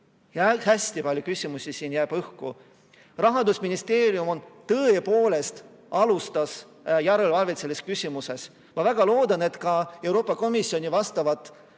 Hästi palju küsimusi jääb õhku. Rahandusministeerium on tõepoolest alustanud järelevalvet selles küsimuses. Ma väga loodan, et ka Euroopa Komisjoni vastavad